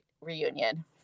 reunion